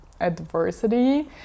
adversity